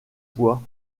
poids